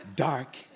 Dark